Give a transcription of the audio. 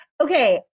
Okay